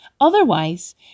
Otherwise